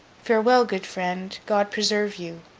farewell, good friend! god preserve you